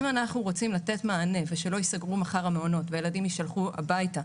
אם אנחנו רוצים לתת מענה ושלא יסגרו מחר המעונות והילדים יישלחו הביתה,